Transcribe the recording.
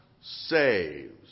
saves